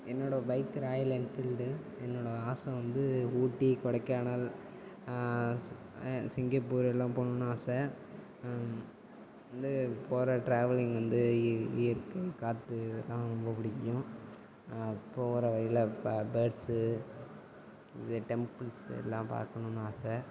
என்னோடய பைக்கு Royal Enfield என்னோடய ஆசை வந்து ஊட்டி கொடைக்கானல் ஸ் சிங்கப்பூர் எல்லா போகணுனு ஆசை வந்து போகிற ட்ராவலிங் வந்து இ இயற்கை காற்று தான் ரொம்ப பிடிக்கும் போகிற வழியில் ப பேர்ட்ஸு இது டெம்பிள்ஸு எல்லா பார்க்கணுனு ஆசை